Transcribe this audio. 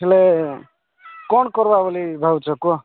ହେଲେ କ'ଣ କରିବା ବୋଲି ଭାବୁଛ କୁହ